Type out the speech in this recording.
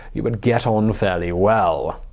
you would get on fairly well.